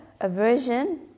aversion